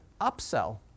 upsell